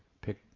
Pick